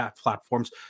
platforms